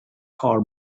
car